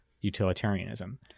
utilitarianism